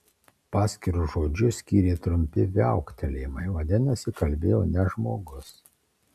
paskirus žodžius skyrė trumpi viauktelėjimai vadinasi kalbėjo ne žmogus